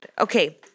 Okay